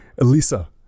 Elisa